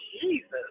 Jesus